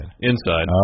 Inside